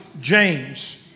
James